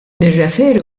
nirriferi